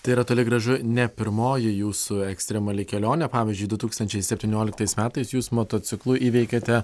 tai yra toli gražu ne pirmoji jūsų ekstremali kelionė pavyzdžiui du tūkstančiai septynioliktais metais jūs motociklu įveikėte